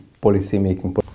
policy-making